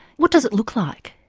what does it look like,